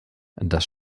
das